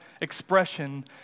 expression